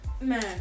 Man